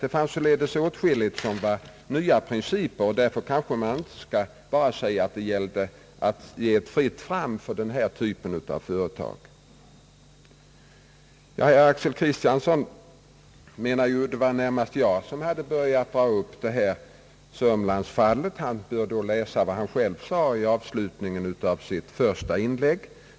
Det är således åtskilligt principiellt nytt, och därför skall man inte säga att det gäller ett fritt fram för just denna typ av företag. Herr Axel Kristiansson menade att det var jag som hade börjat dra upp sörmlandsfallet. Han bör då i protokollet läsa vad han själv sade i avslutningen av sitt första inlägg.